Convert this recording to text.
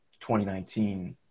2019